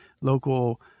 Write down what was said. local